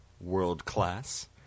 world-class